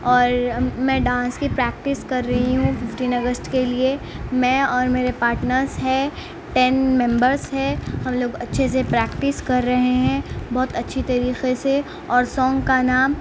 اور میں ڈانس کی پریکٹیس کر رہی ہوں ففٹین اگست کے لیے میں اور میرے پارٹنرس ہے ٹین ممبرس ہے ہم لوگ اچھے سے پریکٹیسٹ کر رہے ہیں بہت اچھی طریقے سے اور سونگ کا نام